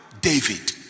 David